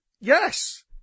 Yes